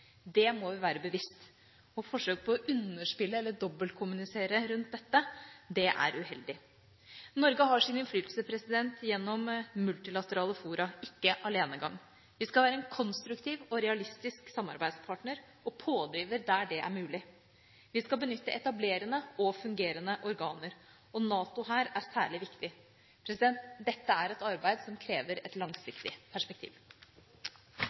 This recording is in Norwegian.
Det må vi være bevisst. Forsøk på å underspille eller dobbeltkommunisere rundt dette er uheldig. Norge har sin innflytelse gjennom multilaterale fora, ikke alenegang. Vi skal være en konstruktiv og realistisk samarbeidspartner og pådriver der det er mulig. Vi skal benytte etablerende og fungerende organer, og NATO er særlig viktig her. Dette er et arbeid som krever et langsiktig perspektiv.